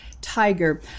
Tiger